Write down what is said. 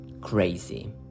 crazy